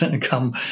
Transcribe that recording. come